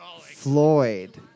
Floyd